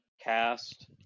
cast